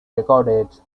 recorded